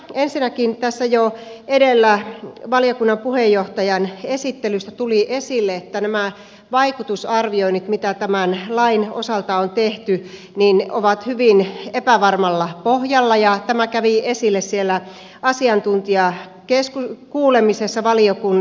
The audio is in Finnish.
ensinnäkin tässä jo edellä valiokunnan puheenjohtajan esittelyssä tuli esille että nämä vaikutusarvioinnit mitä tämän lain osalta on tehty ovat hyvin epävarmalla pohjalla ja tämä kävi esille siellä asiantuntijakuulemisessa valiokunnassa